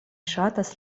ŝatas